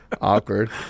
awkward